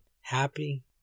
Happy